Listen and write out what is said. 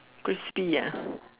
crispy ya